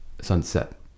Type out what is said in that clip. sunset